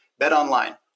BetOnline